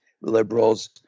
liberals